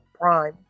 Prime